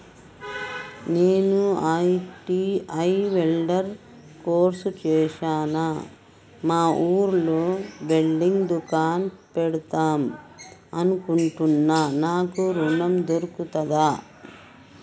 నేను ITI welder course చేశ్న మా ఊర్లో వెల్డింగ్ దుకాన్ పెడదాం అనుకుంటున్నా నాకు ఋణం దొర్కుతదా?